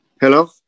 Hello